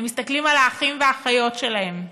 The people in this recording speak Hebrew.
הם מסתכלים על האחים והאחיות שלהם.